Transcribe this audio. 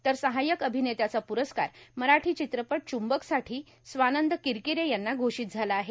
तर सहायक अभिनेत्याचा पुरस्कार मराठी चित्रपट च्रंबकसाठी स्वानंद किरकिरे यांना घोषित झाला आहे